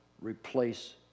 replace